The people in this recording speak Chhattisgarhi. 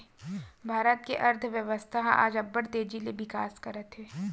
भारत के अर्थबेवस्था ह आज अब्बड़ तेजी ले बिकास करत हे